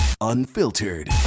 unfiltered